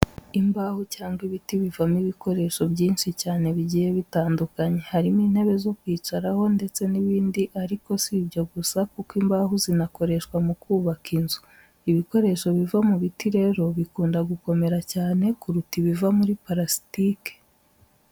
Imbaho cyangwa ibiti bivamo ibikoresho byinshi cyane bigiye bitandukanye, harimo intebe zo kwicaraho ndetse n'ibindi ariko si ibyo gusa kuko imbaho zinakoreshwa mu kubaka inzu. Ibikoresho biva mu biti rero bikunda gukomera cyane kuruta ibiva muri parasitike.